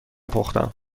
پختم